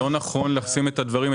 לא נכון לשים את הדברים,